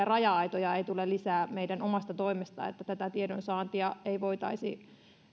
raja aitoja ei tule lisää meidän omasta toimestamme että tätä tiedonsaantia ei voitaisi